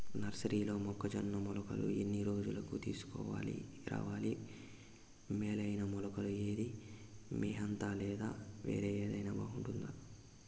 నర్సరీలో మొక్కజొన్న మొలకలు ఎన్ని రోజులకు తీసుకొని రావాలి మేలైన మొలకలు ఏదీ? మితంహ లేదా వేరే ఏదైనా బాగుంటుందా?